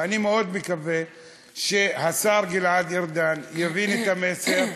ואני מקווה מאוד שהשר גלעד ארדן יבין את המסר,